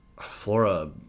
Flora